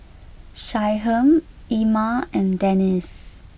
Shyheim Ilma and Denice